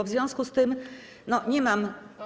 W związku z tym nie mam.